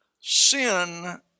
Sin